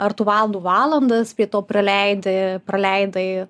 ar tu valandų valandas prie to praleidi praleidai